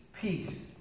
peace